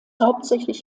hauptsächlich